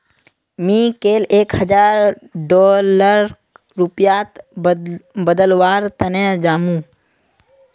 मी कैल एक हजार डॉलरक रुपयात बदलवार तने जामु